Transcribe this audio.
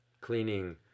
cleaning